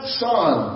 son